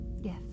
Yes